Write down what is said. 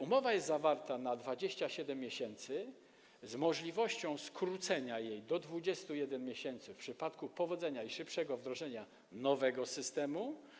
Umowa jest zawarta na 27 miesięcy, z możliwością skrócenia tego czasu do 21 miesięcy w przypadku powodzenia i szybszego wdrożenia nowego systemu.